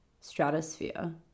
stratosphere